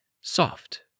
Soft